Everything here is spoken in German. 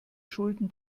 schulden